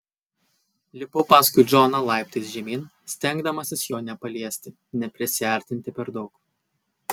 lipau paskui džoną laiptais žemyn stengdamasis jo nepaliesti neprisiartinti per daug